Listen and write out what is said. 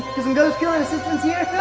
some ghost kilin' assistance here?